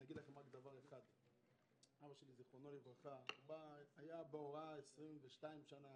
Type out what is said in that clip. אבא שלי ז"ל היה בהוראה 22 שנה,